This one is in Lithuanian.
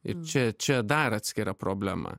ir čia čia dar atskira problema